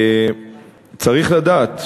צריך לדעת,